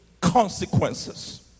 consequences